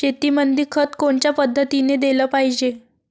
शेतीमंदी खत कोनच्या पद्धतीने देलं पाहिजे?